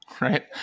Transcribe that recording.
right